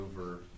over